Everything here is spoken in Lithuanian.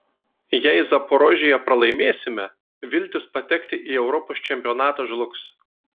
jei zaporožėje pralaimėsime viltys patekti į europos čempionatą žlugs